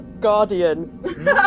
Guardian